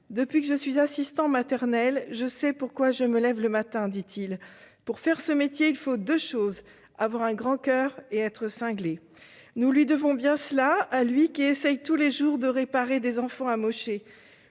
Depuis que je suis assistant maternel, je sais pourquoi je me lève le matin. Pour faire ce métier, il faut deux choses : avoir un grand coeur et être cinglé. » Nous lui devons bien cela, à lui qui essaie chaque jour de réparer des enfants amochés.